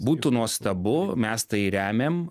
būtų nuostabu mes tai remiam